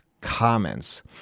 comments